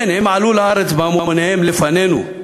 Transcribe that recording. כן, הם עלו לארץ בהמוניהם לפנינו.